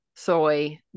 soy